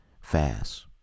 fast